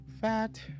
fat